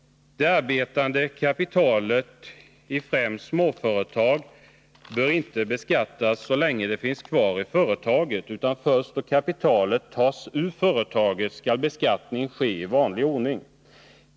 Det arbetande kapitalet i främst småföretag bör inte beskattas så länge det finns kvar i företaget, utan först då kapitalet tas ur företaget skall beskattning ske i vanlig ordning.